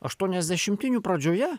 aštuoniasdešimtinių pradžioje